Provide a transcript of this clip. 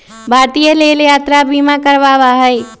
भारतीय रेल यात्रा बीमा करवावा हई